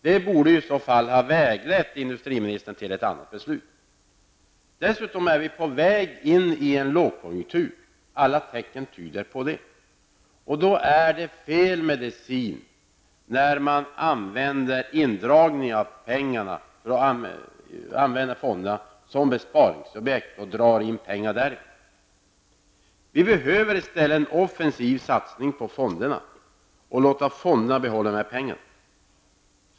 De borde i så fall ha väglett industriministern till ett annat beslut. Dessutom är vi på väg in i en lågkonjunktur. Alla tecken tyder på det. Då tillgriper man fel medicin när man använder indragning av pengarna för att använda fonderna som besparingsobjekt och sedan dra in pengar därifrån. Vi behöver i stället en offensiv satsning på fonderna, och dessa bör få behålla sina pengar.